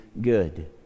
good